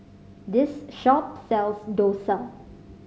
this shop sells dosa